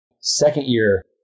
second-year